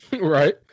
Right